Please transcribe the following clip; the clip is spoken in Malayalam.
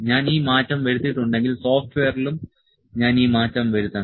ഞാൻ ഈ മാറ്റം വരുത്തിയിട്ടുണ്ടെങ്കിൽ സോഫ്റ്റ്വെയറിലും ഞാൻ ഈ മാറ്റം വരുത്തണം